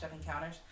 encounters